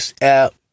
app